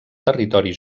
territori